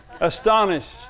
Astonished